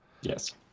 Yes